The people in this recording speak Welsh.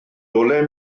olau